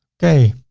okay.